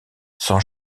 sans